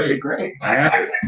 great